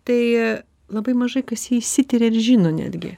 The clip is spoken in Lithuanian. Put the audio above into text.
tai labai mažai kas jį išsitiria ir žino netgi